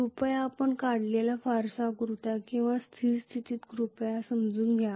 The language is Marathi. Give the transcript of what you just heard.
कृपया आपण काढलेल्या फासर आकृत्या किंवा स्थिर स्थितीसाठी कृपया समजून घ्या